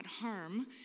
harm